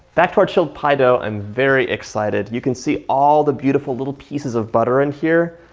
back to our chilled pie dough, i'm very excited. you can see all the beautiful little pieces of butter in here.